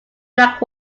black